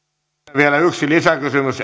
vielä yksi lisäkysymys